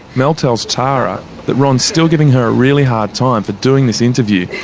mel tells tara that ron's still giving her a really hard time for doing this interview.